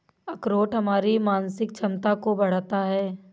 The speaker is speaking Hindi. अखरोट हमारी मानसिक क्षमता को बढ़ाता है